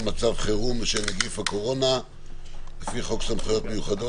מצב חירום בשל נגיף הקורונה לפי חוק סמכויות מיוחדות